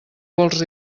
vols